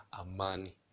Amani